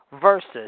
versus